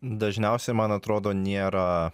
dažniausiai man atrodo nėra